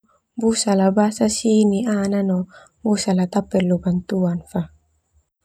Busa basas hi ni'iana no busa la ta perlu bantuan fa.